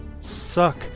suck